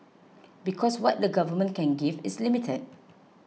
because what the government can give is limited